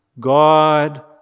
God